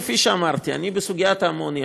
כפי שאמרתי בסוגיית האמוניה,